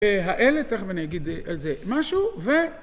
האלה, תכף אני אגיד על זה משהו, ו...